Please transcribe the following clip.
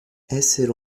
essere